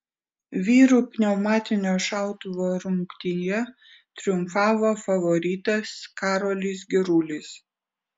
vyrų pneumatinio šautuvo rungtyje triumfavo favoritas karolis girulis